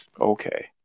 Okay